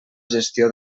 gestió